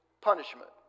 punishment